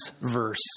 verse